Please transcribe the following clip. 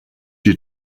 you